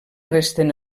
resten